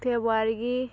ꯐꯦꯕꯋꯥꯔꯤꯒꯤ